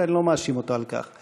ואני לא מאשים אותו על כך.